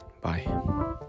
bye